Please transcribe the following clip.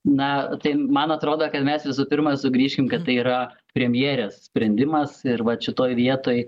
na tai man atrodo kad mes visų pirma sugrįšim kad tai yra premjerės sprendimas ir vat šitoj vietoj